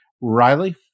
Riley